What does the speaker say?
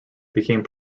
became